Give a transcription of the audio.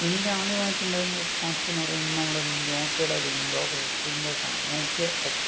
എനിക്ക് ആദ്യമായിട്ടുണ്ടായിരുന്ന ഒരു സ്മാർട്ട് ഫോൺ എന്ന് പറയുന്നത് നമ്മുടെ നോക്കിയേടെ വിൻഡോ വിൻഡോസ് ആണ് നോക്കിയ എക്സ്